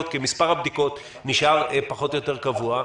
כי מספר הבדיקות נשאר פחות או יותר קבוע.